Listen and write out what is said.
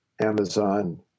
amazon